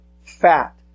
Fat